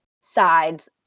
sides